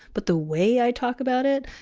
but the way i talk about it.